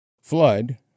Flood